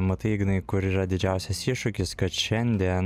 matai ignai kur yra didžiausias iššūkis kad šiandien